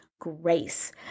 grace